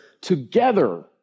together